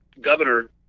governor